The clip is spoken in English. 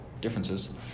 differences